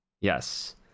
Yes